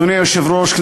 אדוני היושב-ראש,